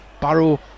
Barrow